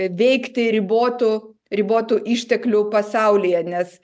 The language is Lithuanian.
veikti ribotų ribotų išteklių pasaulyje nes